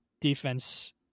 defense